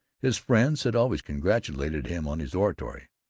his friends had always congratulated him on his oratory,